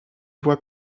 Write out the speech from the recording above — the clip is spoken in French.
voie